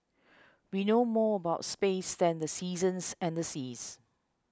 we know more about space than the seasons and the seas